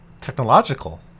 technological